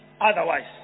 otherwise